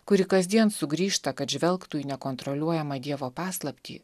kuri kasdien sugrįžta kad žvelgtų į nekontroliuojamą dievo paslaptį